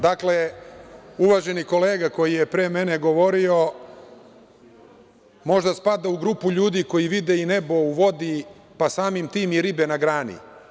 Dakle, uvaženi kolega koji je pre mene govorio možda spada u grupu ljudi koji vide i nebo u vodi, pa samim tim i ribe na grani.